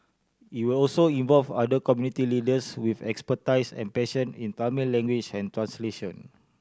it will also involve other community leaders with expertise and passion in Tamil language and translation